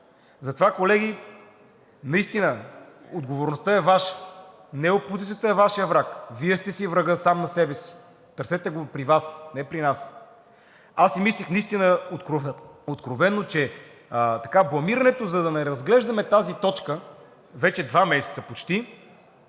Затова, колеги, наистина отговорността е Ваша. Не опозицията е Вашият враг – Вие сте си врагът сам на себе си. Търсете го при Вас – не при нас. Аз си мислех наистина откровено, че бламирането, за да не разглеждаме тази точка вече почти